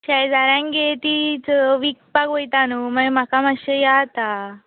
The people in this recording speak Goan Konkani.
शेजाऱ्यांगेर तीं च विकपाक वयता न्हू मागीर म्हाका मात्शें यें आता